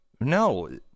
no